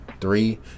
three